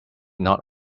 not